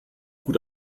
gut